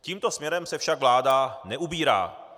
Tímto směrem se však vláda neubírá.